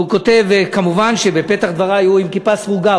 הוא עם כיפה סרוגה,